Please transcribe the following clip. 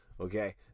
Okay